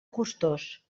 costós